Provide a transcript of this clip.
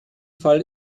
fall